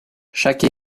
chaque